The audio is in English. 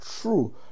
true